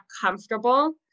comfortable